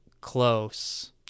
close